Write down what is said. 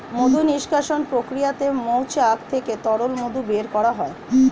মধু নিষ্কাশণ প্রক্রিয়াতে মৌচাক থেকে তরল মধু বের করা হয়